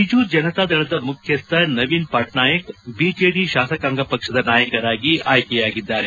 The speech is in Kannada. ಬಿಜು ಜನತಾದಳದ ಮುಖ್ಯಸ್ವ ನವೀನ್ ಪಟ್ನಾಯಕ್ ಬಿಜೆಡಿ ಶಾಸಕಾಂಗ ಪಕ್ಷ ನಾಯಕರಾಗಿ ಆಯ್ಕೆಯಾಗಿದ್ದಾರೆ